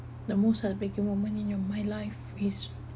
the most heartbreaking moment in your my life is